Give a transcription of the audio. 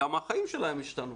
גם החיים שלהם השתנו.